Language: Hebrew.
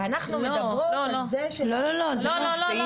ואנחנו מדברות על זה --- לא, לא, לא.